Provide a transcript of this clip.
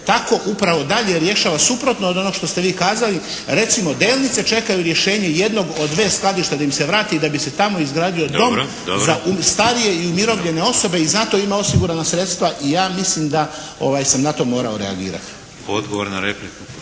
tako upravo dalje rješava suprotno od onog što ste vi kazali. Recimo, Delnice čekaju rješenje od dva skladišta da im se vrati da bi se tamo izgradio dom za starije i umirovljene osobe i za to ima osigurana sredstva, i ja mislim da sam na to morao reagirati. **Šeks,